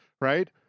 right